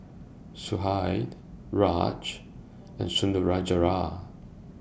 Sudhir Raj and Sundaraiah